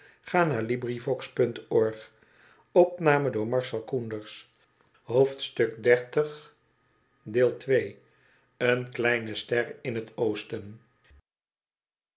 aan tafel een kleine ster in het oosten